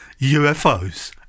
UFOs